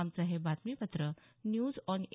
आमचं हे बातमीपत्र न्यूज ऑन ए